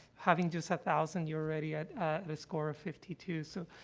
having just a thousand, you're already at at a score of fifty two. so